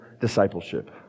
discipleship